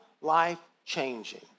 life-changing